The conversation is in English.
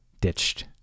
ditched